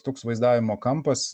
toks vaizdavimo kampas